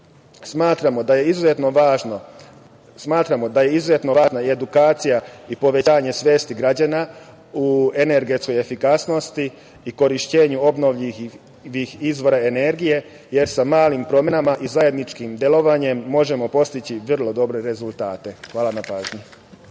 započeta. Smatramo da je izuzetno važna i edukacija i povećanje svesti građana u energetskoj efikasnosti i korišćenju obnovljivih izvora energije, jer sa malim promenama i zajedničkim delovanjem možemo postići vrlo dobre rezultate. Hvala na pažnji.